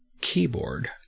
keyboard